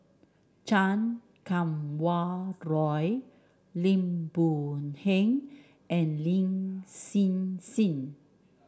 Chan Kum Wah Roy Lim Boon Heng and Lin Hsin Hsin